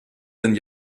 denn